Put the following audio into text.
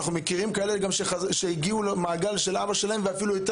אנחנו מכירים כאלה שהגיעו למעגל של אבא שלהם ואפילו יותר